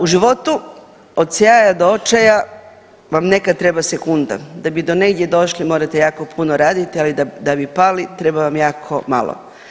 U životu od sjaja do očaja vam nekad treba sekunda, da bi do negdje došli morate jako puno radit, ali da bi pali treba vam jako malo.